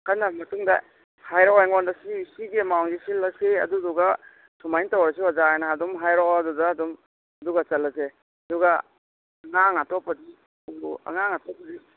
ꯈꯟꯅꯔꯕ ꯃꯇꯨꯡꯗ ꯍꯥꯏꯔꯛꯑꯣ ꯑꯩꯉꯣꯟꯗ ꯁꯤꯒꯤ ꯑꯦꯃꯥꯎꯟꯁꯤ ꯁꯤꯜꯂꯁꯤ ꯑꯗꯨꯗꯨꯒ ꯁꯨꯃꯥꯏꯅ ꯇꯧꯔꯁꯤ ꯑꯣꯖꯥ ꯍꯥꯏꯅ ꯍꯥꯏꯗꯨ ꯑꯃ ꯍꯥꯏꯔꯛꯑꯣ ꯑꯗꯨꯗ ꯑꯗꯨꯝ ꯑꯗꯨꯒ ꯆꯠꯂꯁꯦ ꯑꯗꯨꯒ ꯑꯉꯥꯡ ꯑꯇꯣꯞꯄꯗꯤ ꯑꯉꯥꯡ ꯑꯇꯣꯞꯄꯗꯤ